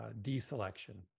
deselection